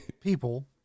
people